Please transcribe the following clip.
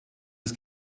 des